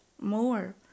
more